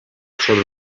sobre